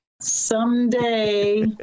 someday